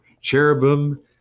cherubim